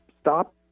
stop